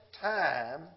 time